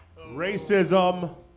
Racism